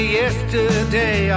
yesterday